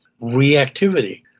reactivity